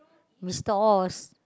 Mister-Oz